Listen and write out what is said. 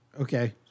Okay